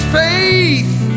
faith